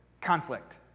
Conflict